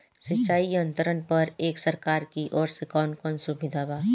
सिंचाई यंत्रन पर एक सरकार की ओर से कवन कवन सुविधा बा?